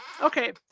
okay